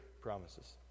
promises